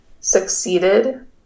succeeded